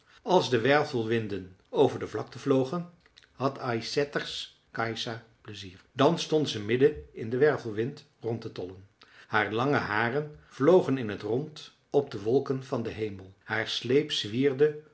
als de wervelwinden over de vlakte vlogen had ysätters kajsa pleizier dan stond ze midden in den wervelwind rond te tollen haar lange haren vlogen in t rond op de wolken van den hemel haar sleep zwierde